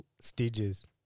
stages